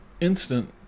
instant